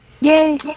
Yay